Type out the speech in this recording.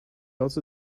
also